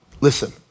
Listen